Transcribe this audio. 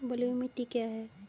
बलुई मिट्टी क्या है?